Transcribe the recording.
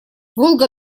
волго